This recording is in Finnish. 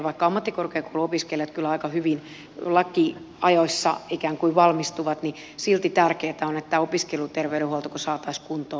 vaikka ammattikorkeakouluopiskelijat kyllä aika hyvin ikään kuin lakiajoissa valmistuvat silti tärkeätä on että tämä opiskelijaterveydenhuolto saataisiin kuntoon